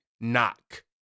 knock